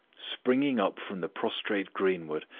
springing up from the prostrate greenwood,